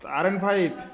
R N five